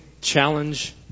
challenge